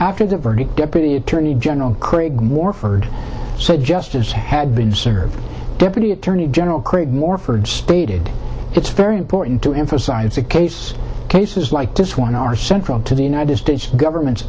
after the verdict deputy attorney general craig morford said justice had been served deputy attorney general craig more for stated it's very important to emphasize the case cases like this one are central to the united states government